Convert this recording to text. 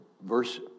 Verse